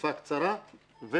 תקופה קצרה.